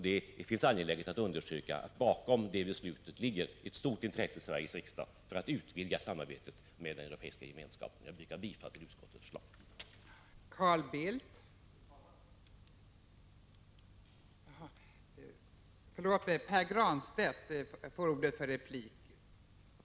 Det finns också anledning att understryka att det bakom detta beslut ligger ett stort intresse i Sveriges riksdag för att utvidga det samarbete med den Europeiska gemenskapen som är möjligt inom ramen för vår allmänna utrikespolitik. Jag yrkar bifall till utrikesutskottets förslag.